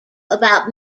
about